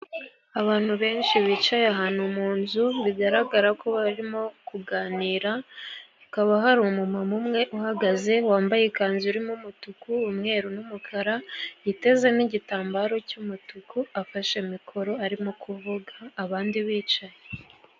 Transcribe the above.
Abantu benshi bicaye ahantu mu nzu bigaragara ko barimo kuganira, hakaba hari umumama umwe uhagaze, wambaye ikanzu irimo umutuku umweru n'umukara, yiteze n'igitambaro cy'umutuku, afashe mikoro arimo kuvuga abandi bicaye.